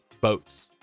boats